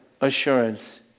assurance